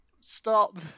Stop